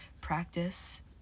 practice